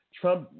Trump